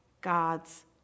God's